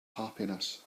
happiness